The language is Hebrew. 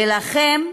להילחם,